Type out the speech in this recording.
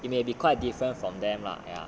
it may be quite different from them lah ya